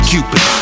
Cupid